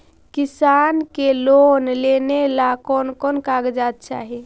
किसान के लोन लेने ला कोन कोन कागजात चाही?